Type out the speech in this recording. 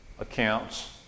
accounts